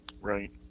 Right